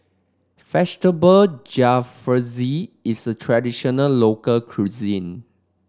Vegetable Jalfrezi is a traditional local cuisine